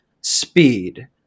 Speed